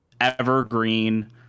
evergreen